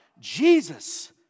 Jesus